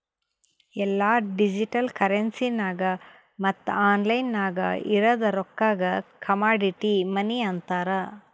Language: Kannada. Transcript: ಎಲ್ಲಾ ಡಿಜಿಟಲ್ ಕರೆನ್ಸಿಗ ಮತ್ತ ಆನ್ಲೈನ್ ನಾಗ್ ಇರದ್ ರೊಕ್ಕಾಗ ಕಮಾಡಿಟಿ ಮನಿ ಅಂತಾರ್